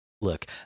Look